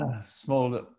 small